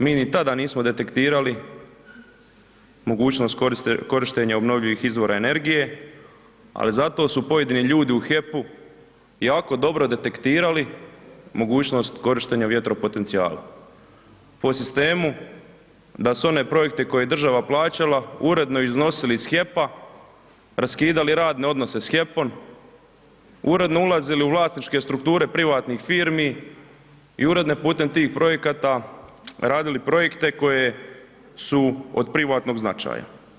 Mi ni tada nismo detektirali mogućnost korištenja obnovljivih izvora energije, ali zato su pojedini ljudi u HEP-u jako dobro detektirali mogućnost korištenja vjetropotencijala, po sistemu da su one projekte koje je država plaćala uredno iznosili iz HEP-a, raskidali radne odnose s HEP-om, uredno ulazili u vlasničke strukture privatnih firmi i uredne putem tih projekata radili projekte koje su od privatnog značaja.